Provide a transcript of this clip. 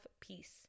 peace